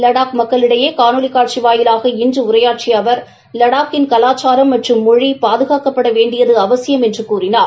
லடாக் மக்களிடையே காணொலி காட்சி வாயிலாக இன்று உரையாற்றிய அவர் லாடாக்கன் கலாச்சாரம் மற்றும் மொழி பாதுகாக்கப்பட வேண்டியது அவசியம் என்று கூறினார்